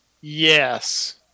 Yes